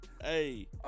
Hey